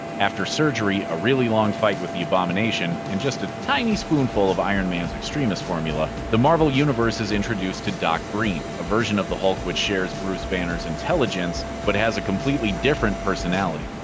after surgery, a really long fight with the abomination, and just a tiny spoonful of iron man's extremis formula, the marvel universe is introduced to doc green a version of the hulk which shares bruce banner's intelligence, but has a completely different personality.